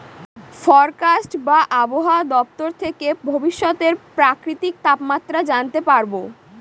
forecast বা আবহাওয়া দপ্তর থেকে ভবিষ্যতের প্রাকৃতিক তাপমাত্রা জানতে পারবো